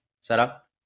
setup